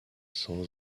saw